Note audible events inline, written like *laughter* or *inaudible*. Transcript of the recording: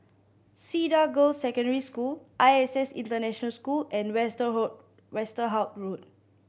Cedar Girls' Secondary School I S S International School and *unintelligible* Westerhout Road